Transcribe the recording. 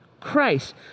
Christ